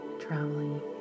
traveling